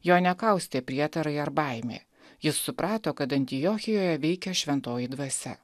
jo nekaustė prietarai ar baimė jis suprato kad antiochijoje veikia šventoji dvasia